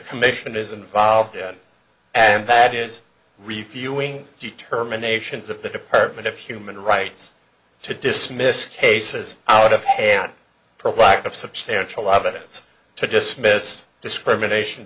commission is involved and that is reviewing determinations of the department of human rights to dismiss cases out of hand provocative substantial evidence to dismiss discrimination